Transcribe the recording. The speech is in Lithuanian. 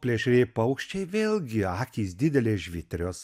plėšrieji paukščiai vėlgi akys didelė žvitrios